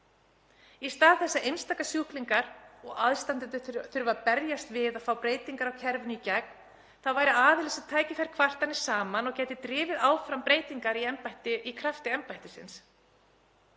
Í stað þess að einstaka sjúklingar og aðstandendur þurfi að berjast við að fá breytingar á kerfinu í gegn væri aðili sem tæki kvartanir saman og gæti drifið áfram breytingar í krafti embættisins.